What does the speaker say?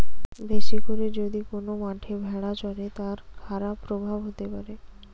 বেশি করে যদি কোন মাঠে ভেড়া চরে, তার খারাপ প্রভাব হতে পারে